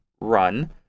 run